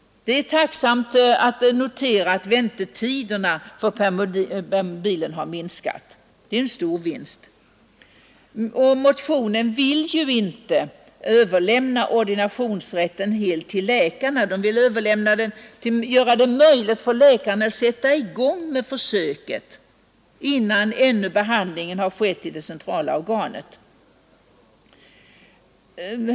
Det är tacksamt att notera, att väntetiderna för permobilen har minskat — det är en stor vinst. Motionärerna vill ju inte överlämna ordinationsrätten helt till läkarna, men de vill göra det möjligt för läkarna att sätta i gång med försök innan ännu handläggningen av ärendena har avslutats i det centrala organet.